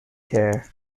care